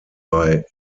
bei